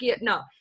no